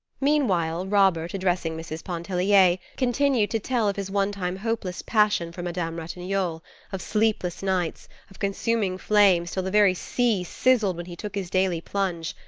meanwhile robert, addressing mrs pontellier, continued to tell of his one time hopeless passion for madame ratignolle of sleepless nights, of consuming flames till the very sea sizzled when he took his daily plunge.